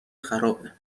خرابه